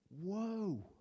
Whoa